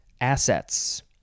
assets